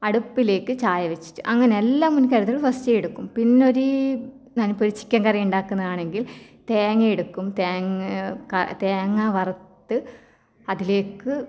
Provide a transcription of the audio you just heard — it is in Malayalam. അടുപ്പിലേക്ക് ചായ വെച്ചിട്ട് അങ്ങനെ എല്ലാ മുൻകരുതലും ഫസ്റ്റേ എടുക്കും പിന്നെ ഒരീ ഞാനിപ്പോൾ ഒരു ചിക്കൻ കറി ഉണ്ടാക്കുന്നതാണെങ്കിൽ തേങ്ങ എടുക്കും തേങ്ങ ക തേങ്ങ വറുത്ത് അതിലേക്ക്